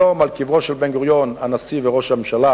היום, על קברו של בן-גוריון, הנשיא וראש הממשלה